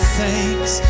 thanks